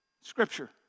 Scripture